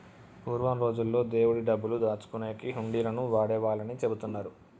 పూర్వం రోజుల్లో దేవుడి డబ్బులు దాచుకునేకి హుండీలను వాడేవాళ్ళని చెబుతున్నరు